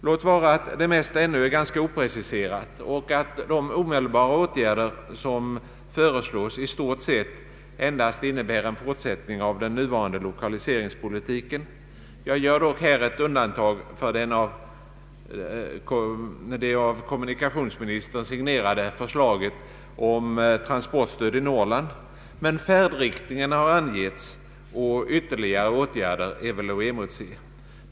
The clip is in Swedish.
Låt vara att det mesta ännu är ganska opreciserat och att de omedelbara åtgärder som föreslås i stort sett endast innebär en fortsättning av den nuvarande lokaliseringspolitiken — jag gör dock här ett undantag för det av kommunikationsministern signerade förslaget om transportstöd i Norrland — men färdriktningen har angetts, och ytterligare åtgärder är väl att emotse.